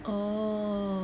oh